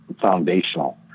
foundational